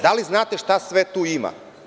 Da li znate šta sve tu ima?